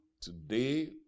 Today